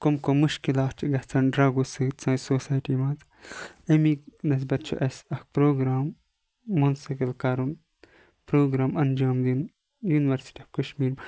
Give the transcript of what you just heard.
کٕم کٕم مُشکِلات چھِ گَژھان ڈرگو سۭتۍ سٲنۍ سوسایٹی مَنٛز امہِ نسبَت چھُ اَسہِ اکھ پروگرام مُنسقل کَرُن پروگرام اَنجام دیُن یُونوَرسٹی آف کَشمیٖر